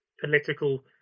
political